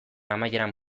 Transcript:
amaieran